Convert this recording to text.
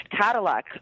Cadillac